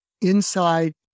inside